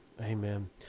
amen